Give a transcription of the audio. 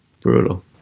Brutal